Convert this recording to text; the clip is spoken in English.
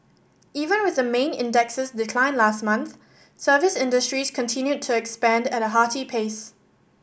even with the main index's decline last month service industries continued to expand at a hearty pace